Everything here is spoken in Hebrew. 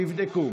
יבדקו.